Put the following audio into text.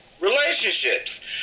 Relationships